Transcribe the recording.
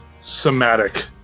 somatic